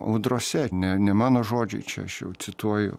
audrose ne ne mano žodžiai čia aš jau cituoju